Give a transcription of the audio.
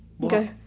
go